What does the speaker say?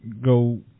go